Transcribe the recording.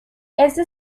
este